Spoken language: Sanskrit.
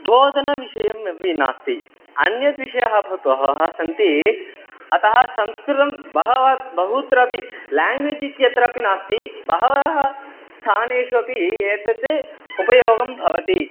भोजनविषयमपि नास्ति अन्य द्विषयः अपि बहवः सन्ति अतः संस्कृतं बहव बहुत्रपि लेङ्ग्वेज् इत्यत्रपि नास्ति बहवः स्थानेषु अपि एतत् उपयोगं भवति